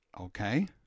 okay